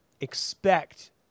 expect